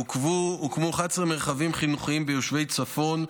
הוקמו 11 מרחבים חינוכיים ביישובי צפון,